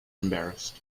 embarrassed